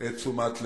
תשומת לב.